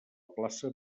plaça